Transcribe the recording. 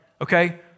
Okay